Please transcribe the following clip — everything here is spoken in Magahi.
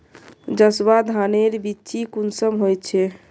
जसवा धानेर बिच्ची कुंसम होचए?